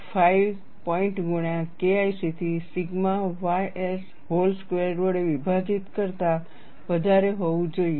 5 point ગુણ્યા KIC થી sigma ys whole squared વડે વિભાજિત કરતા વધારે હોવું જોઈએ